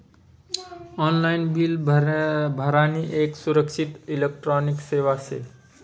online bill भरानी येक सुरक्षित इलेक्ट्रॉनिक सेवा शे